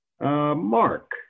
Mark